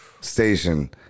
station